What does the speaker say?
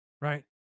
right